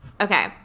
Okay